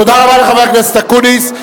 תודה רבה לחבר הכנסת אקוניס.